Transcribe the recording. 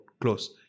close